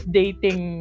dating